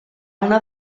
una